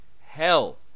hell